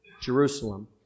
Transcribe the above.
Jerusalem